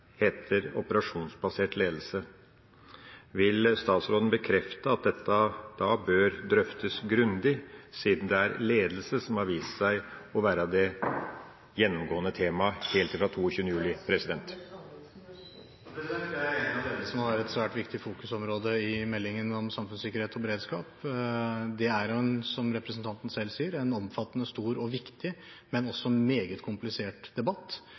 heter operasjonsbasert ledelse. Vil statsråden bekrefte at dette da bør drøftes grundig, siden det er ledelse som har vist seg å være det gjennomgående temaet helt fra 22. juli? Jeg er enig i at ledelse må være et svært viktig fokusområde i meldingen om samfunnssikkerhet og beredskap. Det er, som representanten selv sier, en omfattende, stor og viktig, men også meget komplisert, debatt.